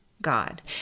God